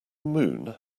moon